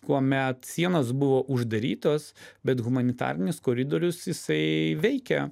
kuomet sienos buvo uždarytos bet humanitarinis koridorius jisai veikia